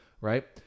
right